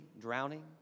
drowning